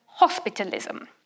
hospitalism